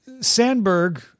Sandberg